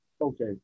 Okay